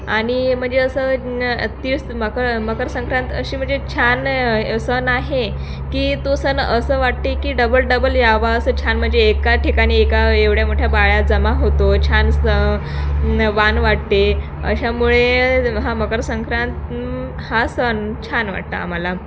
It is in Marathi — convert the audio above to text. आणि म्हणजे असं तीस मकर मकरसंक्रांत अशी म्हणजे छान सण आहे की तो सण असं वाटते की डबल डबल यावा असं छान म्हणजे एका ठिकाणी एका एवढ्या मोठ्या बाया जमा होतो छान सण वाटते अशामुळे हा मकरसंक्रांत हा स छान वाटतं आम्हाला